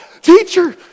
Teacher